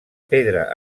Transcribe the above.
pedra